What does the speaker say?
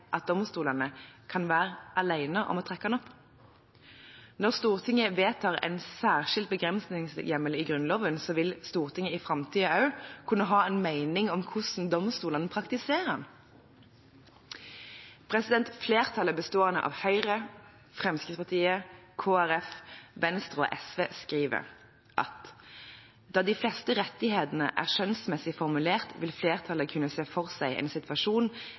at domstolene kan være alene om å trekke den opp. Når Stortinget vedtar en særskilt begrensningshjemmel i Grunnloven, vil Stortinget i framtiden også kunne ha en mening om hvordan domstolene praktiserer den. Flertallet, bestående av Høyre, Fremskrittspartiet, Kristelig Folkeparti, Senterpartiet og Venstre, skriver: «Da de fleste rettighetene er skjønnsmessig formulert, vil flertallet kunne se for seg en situasjon